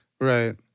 Right